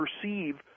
perceive